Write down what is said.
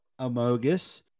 Amogus